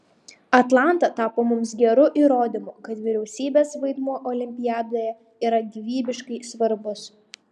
atlanta tapo mums geru įrodymu kad vyriausybės vaidmuo olimpiadoje yra gyvybiškai svarbus